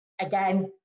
again